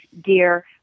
dear